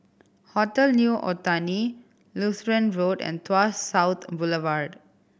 Hotel New Otani Lutheran Road and Tuas South Boulevard